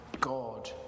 God